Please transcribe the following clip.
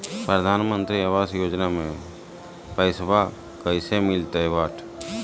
प्रधानमंत्री आवास योजना में पैसबा कैसे मिलते?